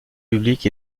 publiques